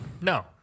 No